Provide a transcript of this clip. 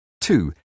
Two